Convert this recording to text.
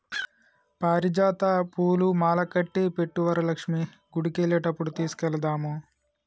పారిజాత పూలు మాలకట్టి పెట్టు వరలక్ష్మి గుడికెళ్లేటప్పుడు తీసుకెళదాము